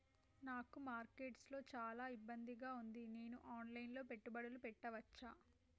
నాకు మార్కెట్స్ లో చాలా ఇబ్బందిగా ఉంది, నేను ఆన్ లైన్ లో పెట్టుబడులు పెట్టవచ్చా?